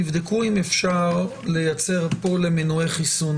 תבדקו אם אפשר לייצר פול למנועי חיסון,